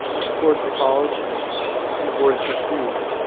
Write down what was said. the support of the college and the board of trustees.